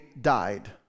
died